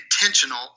intentional